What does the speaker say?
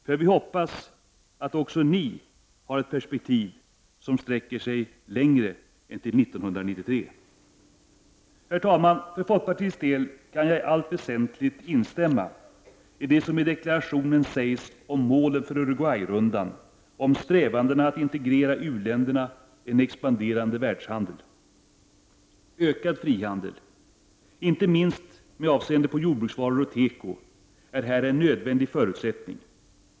För vi hoppas att också ni har ett perspektiv som sträcker sig längre än till 1993. Herr talman! För folkpartiets del kan jag i allt väsentligt instämma i det som i deklarationen sägs om målen för Uruguay-rundan och om strävandena att integrera u-länderna i en expanderande världshandel. Ökad frihandel, inte minst med avseende på jordbruksvaror och teko, är här en nödvändig förutsättning.